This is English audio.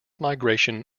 migration